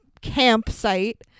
campsite